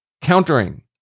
countering